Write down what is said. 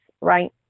right